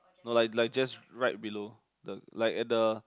no like like just right below the like at the